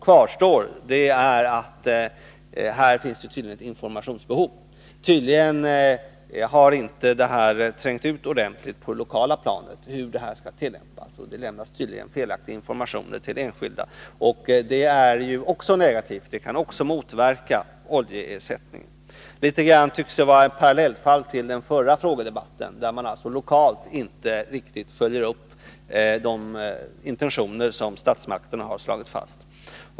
Kvar står att här tydligen föreligger ett informationsbehov. Tydligen har det inte trängt ut ordentligt på det lokala planet hur bestämmelserna skall tillämpas, och det lämnas tydligen felaktig information till enskilda. Det är ju också negativt — det kan också motverka oljeersättningen. Detta tycks vara något av ett parallellfall till den förra frågedebatten, så till vida att man lokalt inte riktigt följer upp de intentioner som statsmakterna har slagit fast.